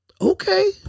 okay